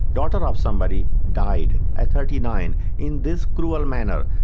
daughter of somebody, died at thirty nine in this cruel manner,